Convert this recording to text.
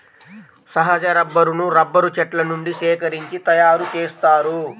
సహజ రబ్బరును రబ్బరు చెట్ల నుండి సేకరించి తయారుచేస్తారు